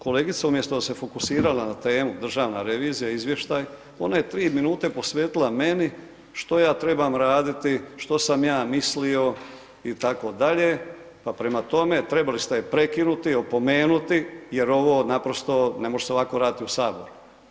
Kolegica umjesto da se fokusirala na temu, državna revizija izvještaj ona je 3 minute posvetila meni, što ja trebam raditi, što sam ja mislio itd., pa prema tome trebali ste je prekinuti, opomenuti jer ovo naprosto ne može se ovako raditi u saboru.